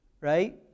right